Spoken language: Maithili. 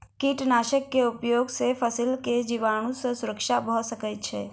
कीटनाशक के उपयोग से फसील के जीवाणु सॅ सुरक्षा भअ सकै छै